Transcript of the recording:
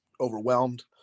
overwhelmed